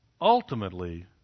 ultimately